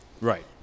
Right